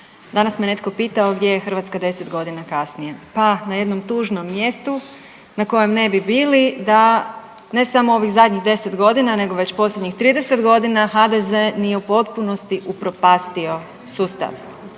Danas me netko pitao gdje je Hrvatska 10 godina kasnije. Pa na jednom tužnom mjestu na kojem ne bi bili da, ne samo ovih zadnjih 10 godina nego već posljednjih 30 godina HDZ nije u potpunosti upropastio sustav